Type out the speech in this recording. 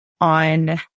on